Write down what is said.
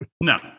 No